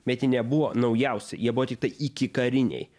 bet jie nebuvo naujausi jie buvo tiktai iki kariniai